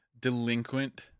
delinquent